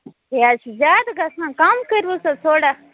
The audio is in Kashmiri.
یہِ حظ چھُ زیادٕ گژھان کَم کٔرہوس حظ تھوڑا